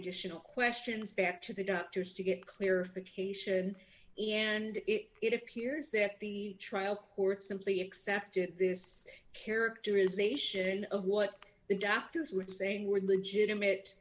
additional questions back to the doctors to get clarification and it appears that the trial court simply accepted this characterization of what the doctors were saying were legitimate